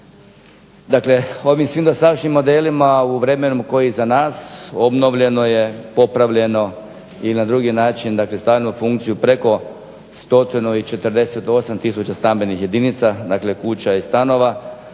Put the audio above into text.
Dakle, ovim svim dosadašnjim modelima u vremenu koje je iza nas obnovljeno je, popravljeno i na drugi način dakle stavljeno u funkciju preko 148 tisuća stambenih jedinica, dakle kuća i stanova,